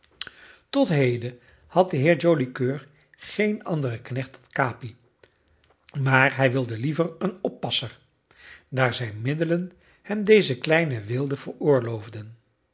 tot heden had de heer joli coeur geen anderen knecht dan capi maar hij wilde liever een oppasser daar zijn middelen hem deze kleine weelde veroorloofden